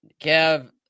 Kev